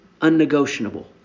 Unnegotiable